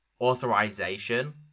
authorization